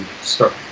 start